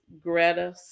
Greta